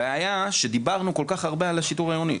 הבעיה שדיברנו כל כך הרבה על השיטור העירוני,